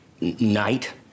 night